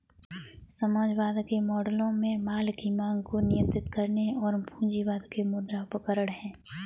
समाजवाद के मॉडलों में माल की मांग को नियंत्रित करने और पूंजीवाद के मुद्रा उपकरण है